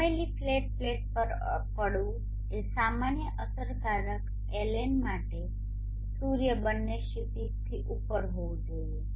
નમેલી flat plate પર પડવું એ સામાન્ય અસરકારક LN માટે સૂર્ય બંને ક્ષિતિજથી ઉપર હોવું જોઈએ